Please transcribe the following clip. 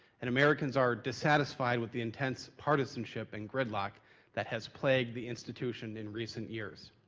and americans are dissatisfied with the intense partisanship and gridlock that has plagued the institution in recent years.